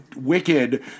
Wicked